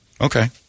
Okay